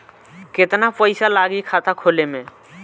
केतना पइसा लागी खाता खोले में?